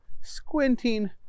squinting